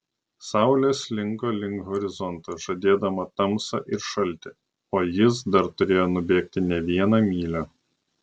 saulė slinko link horizonto žadėdama tamsą ir šaltį o jis dar turėjo nubėgti ne vieną mylią